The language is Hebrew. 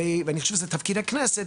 ואני חושב שזה תפקיד הכנסת,